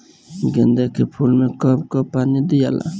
गेंदे के फूल मे कब कब पानी दियाला?